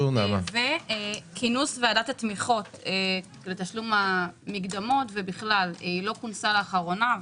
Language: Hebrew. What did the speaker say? וכינוס ועדת התמיכות ותשלום המקדמות לא כונסה לאחרונה,